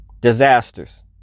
disasters